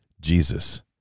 Jesus